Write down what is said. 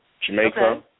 Jamaica